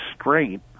straight